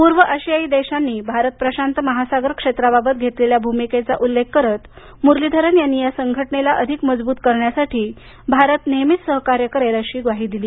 पूर्व आशियाई देशांनी भारत प्रशांत महासागर क्षेत्राबाबत घेतलेल्या भूमिकेचा उल्लेख करत मुरलीधरन यांनी या संघटनेला अधिक मजबूत करण्यासाठी भारत नेहमीच सहकार्य करेल अशी ग्वाही दिली